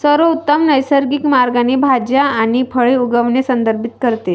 सर्वोत्तम नैसर्गिक मार्गाने भाज्या आणि फळे उगवणे संदर्भित करते